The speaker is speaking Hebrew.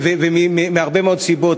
ומהרבה מאוד סיבות.